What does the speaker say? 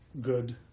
good